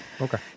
Okay